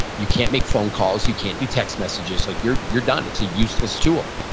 you can't make phone calls. you can't do text messages. like you're you're done. it's a useless tool.